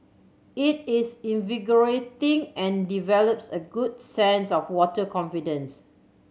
it is invigorating and develops a good sense of water confidence